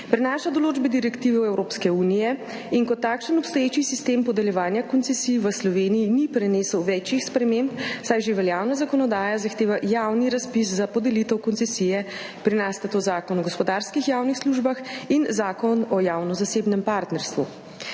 prenaša določbe direktive Evropske unije in kot takšen v obstoječi sistem podeljevanja koncesij v Sloveniji ni prinesel večjih sprememb, saj že veljavna zakonodaja zahteva javni razpis za podelitev koncesije, pri nas sta to Zakon o gospodarskih javnih službah in Zakon o javno-zasebnem partnerstvu.